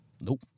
Nope